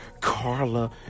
Carla